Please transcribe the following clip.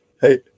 Hey